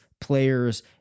players